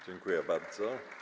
Dziękuję bardzo.